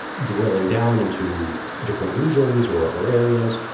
drilling down in two different regions or or areas.